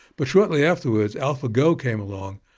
but shortly afterwards alphago came along.